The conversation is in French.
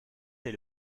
dès